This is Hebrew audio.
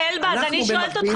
אנחנו במקביל,